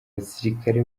abasirikare